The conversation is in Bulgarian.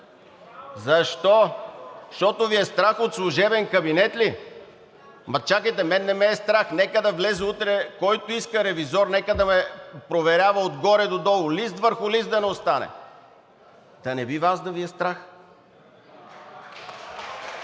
Защо? Защото Ви е страх от служебен кабинет ли? (Реплики.) Ама, чакайте, мен не ме е страх, нека да влезе утре който иска ревизор, нека да ме проверява от горе до долу, лист върху лист да не остане. Да не би Вас да Ви е страх?